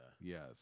Yes